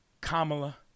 Kamala